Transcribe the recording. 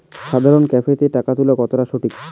সাধারণ ক্যাফেতে টাকা তুলা কতটা সঠিক?